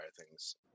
thing's